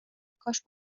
کاش